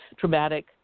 Traumatic